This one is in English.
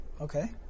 Okay